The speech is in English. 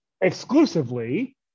exclusively